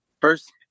First